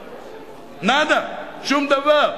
נאדה, שום דבר,